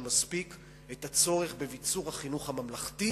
מספיק את הצורך בביצור החינוך הממלכתי